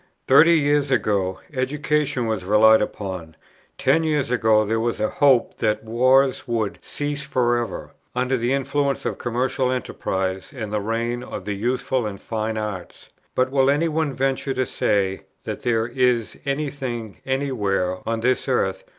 thirty years ago, education was relied upon ten years ago there was a hope that wars would cease for ever, under the influence of commercial enterprise and the reign of the useful and fine arts but will any one venture to say that there is any thing any where on this earth,